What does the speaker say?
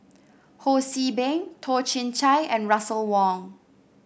Ho See Beng Toh Chin Chye and Russel Wong